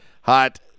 Hot